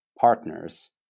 partners